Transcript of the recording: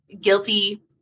guilty